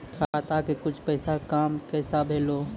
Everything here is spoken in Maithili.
खाता के कुछ पैसा काम कैसा भेलौ?